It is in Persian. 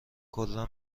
کلا